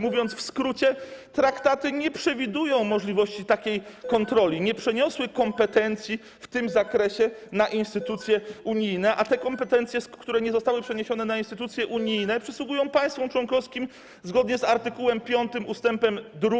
Mówiąc w skrócie, traktaty nie przewidują możliwości takiej kontroli, nie przeniosły kompetencji w tym zakresie na instytucje unijne, a te kompetencje, które nie zostały przeniesione na instytucje unijne, przysługują państwom członkowskim zgodnie z art. 5 ust. 2